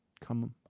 come